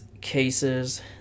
cases